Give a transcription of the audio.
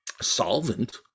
solvent